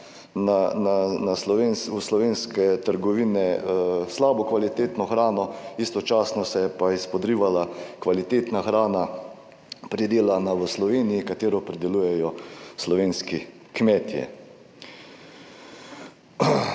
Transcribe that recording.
v slovenske trgovine slabo kvalitetno hrano, istočasno se je pa izpodrivala kvalitetna hrana, pridelana v Sloveniji, katero pridelujejo slovenski kmetje.